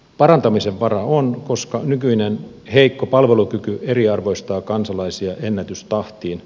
parantamisen varaa on koska nykyinen heikko palvelukyky eriarvoistaa kansalaisia ennätystahtiin